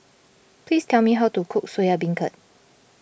please tell me how to cook Soya Beancurd